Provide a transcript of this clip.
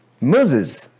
Moses